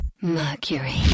Mercury